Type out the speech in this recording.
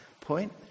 point